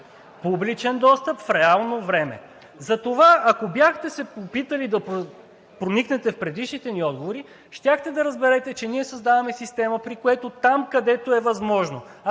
публичен достъп в реално време. Затова, ако бяхте се опитали да проникнете в предишните ни отговори, щяхте да разберете, че ние създаваме система, при което там, където е възможно,